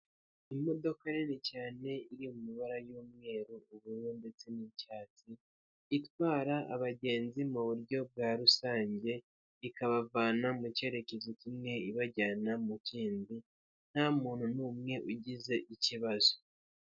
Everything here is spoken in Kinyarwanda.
Imodoka nini cyane iri mu mabara y'umweru, ubururu, ndetse n'icyatsi, itwara abagenzi mu buryo bwa rusange, ikabavana mu cyerekezo kimwe ibajyana mu kindi, nta muntu n'umwe ugize ikibazo.